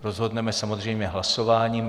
Rozhodneme samozřejmě hlasováním.